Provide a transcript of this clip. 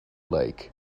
lake